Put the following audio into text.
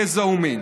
גזע או מין.